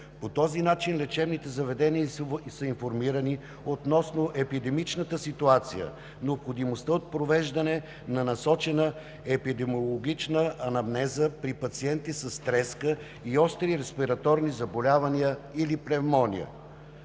По този начин лечебните заведения са информирани относно епидемичната ситуация, необходимостта от провеждане на насочена епидемиологична анамнеза при пациенти с треска и остри респираторни заболявания или пневмония.